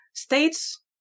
States